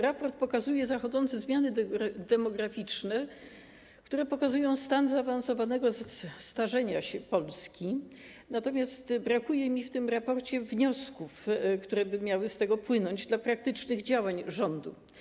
Raport pokazuje zachodzące zmiany demograficzne, które ukazują stan zaawansowanego starzenia się Polski, natomiast brakuje mi w tym raporcie wniosków, które miałyby z tego płynąć dla praktycznych działań rządu.